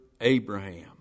Abraham